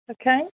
Okay